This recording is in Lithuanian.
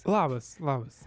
labas labas